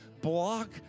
block